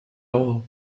all